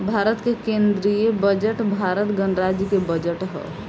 भारत के केंदीय बजट भारत गणराज्य के बजट ह